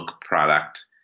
product